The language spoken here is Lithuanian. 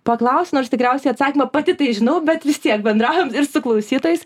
paklausiu nors tikriausiai atsakymą pati tai žinau bet vis tiek bendraujam ir su klausytojais